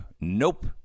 Nope